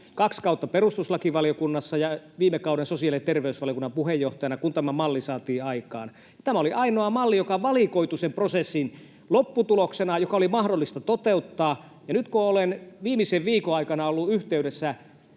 kaksi kautta perustuslakivaliokunnassa ja viime kaudella sosiaali- ja terveysvaliokunnan puheenjohtajana, kun tämä malli saatiin aikaan. Tämä oli ainoa malli, joka valikoitui sen prosessin lopputuloksena ja joka oli mahdollista toteuttaa. Ja nyt kun olen viimeisen viikon aikana ollut yhteydessä